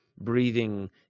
breathing